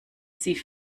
sie